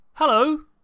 Hello